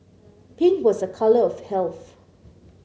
pink was a colour of health